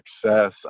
success